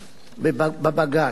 בבג"ץ.